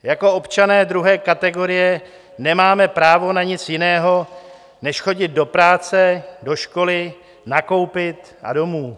Jako občané druhé kategorie nemáme právo na nic jiného než chodit do práce, do školy, nakoupit a domů.